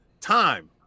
time